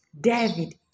David